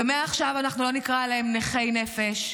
ומעכשיו אנחנו לא נקרא להם "נכי נפש"